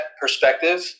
perspective